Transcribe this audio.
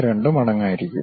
82 മടങ്ങ് ആയിരിക്കും